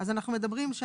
אנו מדברים,